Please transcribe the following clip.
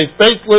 faithless